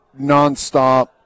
nonstop